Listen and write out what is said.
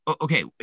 okay